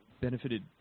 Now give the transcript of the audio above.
benefited